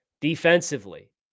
Defensively